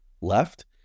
left